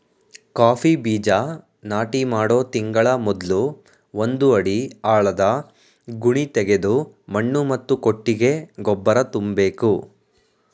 coffee ಬೀಜ ನಾಟಿ ಮಾಡೋ ತಿಂಗಳ ಮೊದ್ಲು ಒಂದು ಅಡಿ ಆಳದ ಗುಣಿತೆಗೆದು ಮಣ್ಣು ಮತ್ತು ಕೊಟ್ಟಿಗೆ ಗೊಬ್ಬರ ತುಂಬ್ಬೇಕು